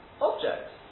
objects